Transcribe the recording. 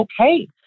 okay